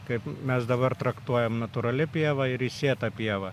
kaip mes dabar traktuojam natūrali pieva ir įsėta pieva